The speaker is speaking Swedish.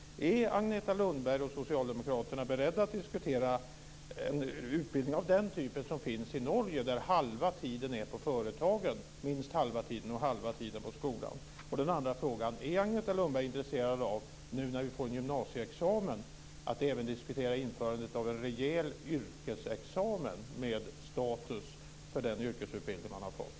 Är Agneta Lundberg och socialdemokraterna beredda att diskutera den typ av utbildning som finns i Norge? Där tillbringar eleverna minst halva studietiden på företagen och halva tiden i skolan. Nu när vi får en gymnasieexamen undrar jag om Agneta Lundberg är intresserad av att även diskutera införandet av en rejäl yrkesexamen, med status för den yrkesutbildning som man har fått?